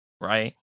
right